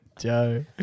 Joe